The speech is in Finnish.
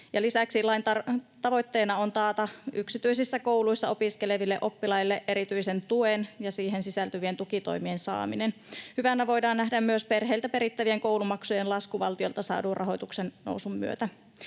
Lisäksi lain tavoitteena on taata yksityisissä kouluissa opiskeleville oppilaille erityisen tuen ja siihen sisältyvien tukitoimien saaminen. Hyvänä voidaan nähdä myös perheiltä perittävien koulumaksujen lasku valtiolta saadun rahoituksen nousun myötä.